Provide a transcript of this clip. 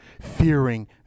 fearing